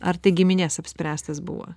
ar tai giminės apspręstas buvo